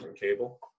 cable